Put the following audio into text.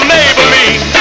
Maybelline